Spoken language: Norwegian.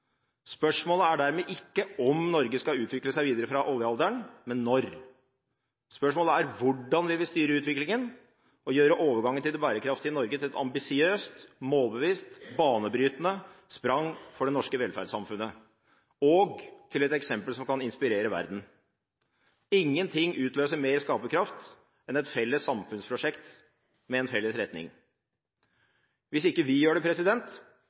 Spørsmålet er dermed ikke om Norge skal utvikle seg videre fra oljealderen, men når. Spørsmålet er hvordan vi vil styre utviklingen og gjøre overgangen til det bærekraftige Norge til et ambisiøst, målbevisst og banebrytende sprang for det norske velferdssamfunnet og til et eksempel som kan inspirere verden. Ingenting utløser mer skaperkraft enn et felles samfunnsprosjekt med en felles retning. Hvis ikke vi gjør det,